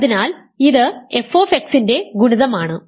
അതിനാൽ ഇത് f ന്റെ ഗുണിതം ആണ്